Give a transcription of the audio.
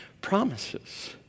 promises